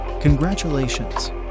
Congratulations